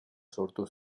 sortu